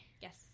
yes